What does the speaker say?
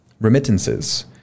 Remittances